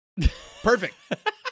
Perfect